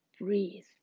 breathe